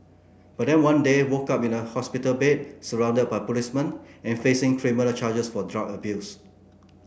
but then one day woke up in a hospital bed surrounded by policemen and facing criminal charges for drug abuse